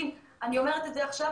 היא לא מעכבת,